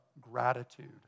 gratitude